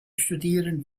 studieren